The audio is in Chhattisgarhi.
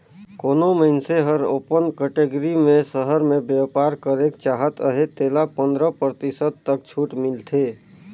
कोनो मइनसे हर ओपन कटेगरी में सहर में बयपार करेक चाहत अहे तेला पंदरा परतिसत तक छूट मिलथे